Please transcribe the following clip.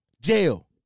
Jail